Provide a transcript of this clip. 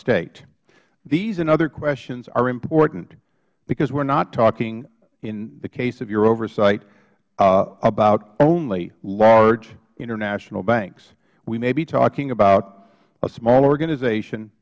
state these and other questions are important because we are not talking in the case of your oversight about only large international banks we may be talking about a small organization